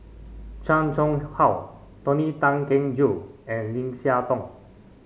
Chan Chang How Tony Tan Keng Joo and Lim Siah Tong